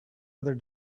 other